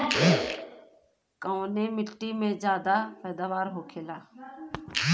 कवने मिट्टी में ज्यादा पैदावार होखेला?